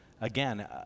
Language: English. Again